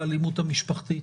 והאלימות המשפחתית.